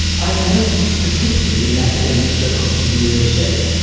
i have noticed, particularly in academic circles in the usa,